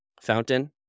Fountain